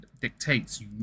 dictates